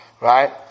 right